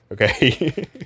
Okay